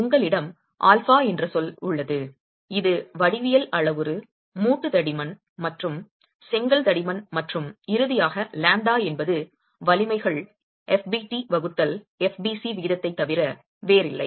உங்களிடம் ஆல்பா என்ற சொல் உள்ளது இது வடிவியல் அளவுரு மூட்டு தடிமன் மற்றும் செங்கல் தடிமன் மற்றும் இறுதியாக லாம்ப்டா என்பது வலிமைகள் fbt வகுத்தல் fbc விகிதத்தைத் தவிர வேறில்லை